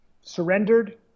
surrendered